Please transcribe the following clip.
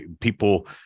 People